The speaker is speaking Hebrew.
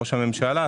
ראש הממשלה.